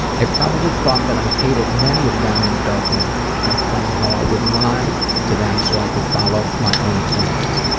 i've probably thought that i hated many of them in a dark moment. i've planned how i would lie to them so i could follow my own plans.